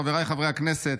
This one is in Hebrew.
חבריי חברי הכנסת,